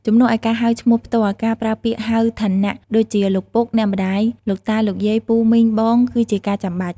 ជំនួសឲ្យការហៅឈ្មោះផ្ទាល់ ការប្រើពាក្យហៅឋានៈដូចជា លោកពុក អ្នកម្ដាយ លោកតា លោកយាយ ពូ មីង បង គឺជាការចាំបាច់។